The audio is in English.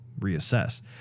reassess